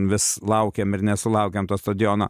vis laukiam ir nesulaukiam to stadiono